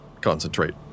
concentrate